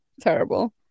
Terrible